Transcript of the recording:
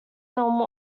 normal